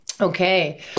Okay